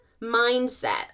mindset